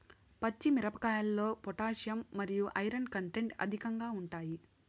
పచ్చి మిరపకాయల్లో పొటాషియం మరియు ఐరన్ కంటెంట్ అధికంగా ఉంటాయి